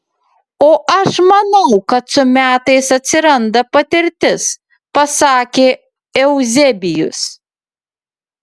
o aš manau kad su metais atsiranda patirtis pasakė euzebijus